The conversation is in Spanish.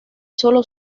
sólo